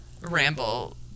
ramble